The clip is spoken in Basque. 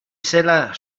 zela